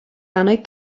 annwyd